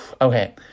Okay